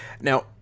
now